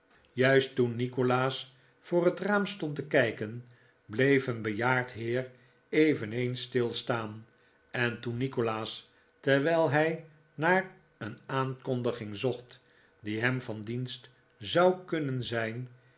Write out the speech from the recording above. juist toen nikolaas voor het raam stond te kijken bleef een bejaard heer eveneens stilstaan en toen nikolaas terwijl hij naar een aankondiging zocht die hem van dienst zou kunnen zijn